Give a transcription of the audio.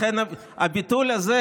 לכן הביטול הזה